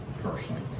personally